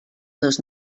dos